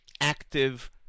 active